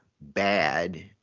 bad